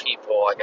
people